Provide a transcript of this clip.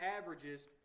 averages